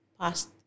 past